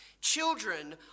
children